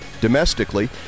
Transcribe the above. domestically